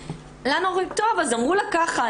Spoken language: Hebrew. לנו אומרים, טוב, אז אמרו לה ככה.